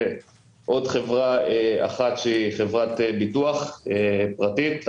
ועוד חברה אחת שהיא חברת ביטוח פרטית,